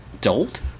dolt